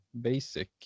basic